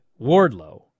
Wardlow